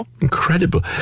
Incredible